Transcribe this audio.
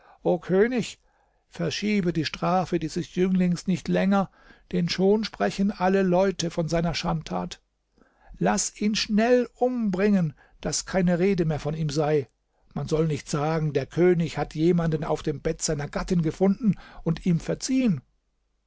o könig verschiebe die strafe dieses jünglings nicht länger denn schon sprechen alle leute von seiner schandtat laß ihn schnell umbringen daß keine rede mehr von ihm sei man soll nicht sagen der könig hat jemanden auf dem bett seiner gattin gefunden und ihm verziehen